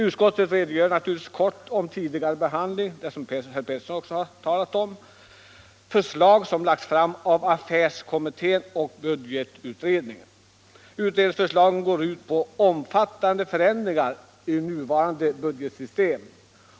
Utskottet redogör i korthet för frågans tidigare behandling och för de förslag som lagts fram av affärsverksutredningen och budgetutredningen. Utredningsförslagen innebär omfattande förändringar i nuvarande budgetsystem.